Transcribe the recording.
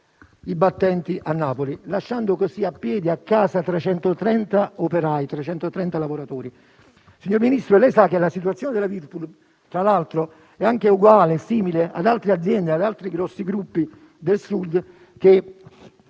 i battenti a Napoli, lasciando così a piedi, a casa, 330 lavoratori. Signor Ministro, lei sa che la situazione della Whirpool, tra l'altro, è simile a quelle di altre aziende e di altri grossi gruppi del Sud, che